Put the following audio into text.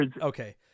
Okay